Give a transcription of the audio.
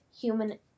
Human